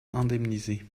indemnisée